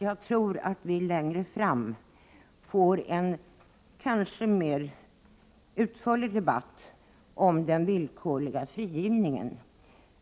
Jag tror att vi längre fram får en kanske något mera utförlig debatt om den villkorliga frigivningen.